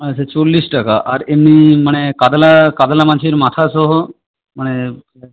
আচ্ছা চল্লিশ টাকা আর এমনি মানে কাতলা কাতলা মাছের মাথাসহ মানে